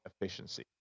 efficiency